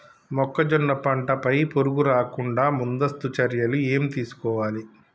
మొక్కజొన్న పంట పై పురుగు రాకుండా ముందస్తు చర్యలు ఏం తీసుకోవాలి?